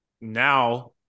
now